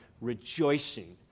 rejoicing